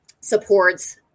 supports